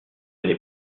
n’est